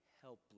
Helpless